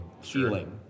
feeling